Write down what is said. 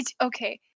okay